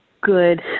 good